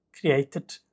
created